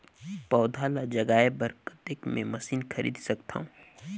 पौधा ल जगाय बर कतेक मे मशीन खरीद सकथव?